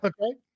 okay